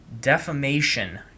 defamation